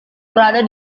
berada